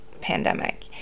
pandemic